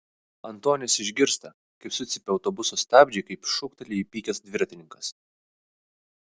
antonis išgirsta kaip sucypia autobuso stabdžiai kaip šūkteli įpykęs dviratininkas